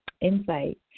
insight